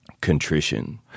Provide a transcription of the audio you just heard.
contrition